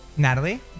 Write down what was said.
Natalie